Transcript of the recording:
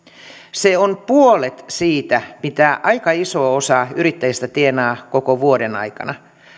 se on puolet siitä mitä aika iso osa yrittäjistä tienaa koko vuoden aikana